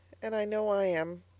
and i know i am!